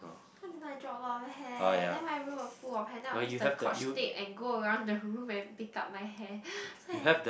cause you know I drop a lot of hair then my room was full of hair then I'll use the scotch tape and go around the room and pick up my hair so I